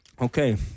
Okay